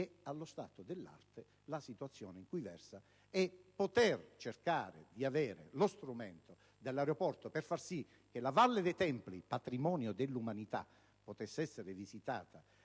- allo stato dell'arte - la situazione in cui versa quella realtà, mentre è opportuno cercare di avere lo strumento dell'aeroporto per far sì che la Valle dei templi, patrimonio dell'umanità, possa essere visitata